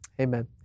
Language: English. amen